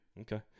Okay